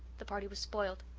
the party was spoiled.